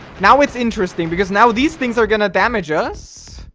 now it's interesting because now these things are gonna damage us